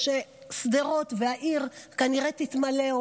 כשהעיר שדרות כנראה תתמלא,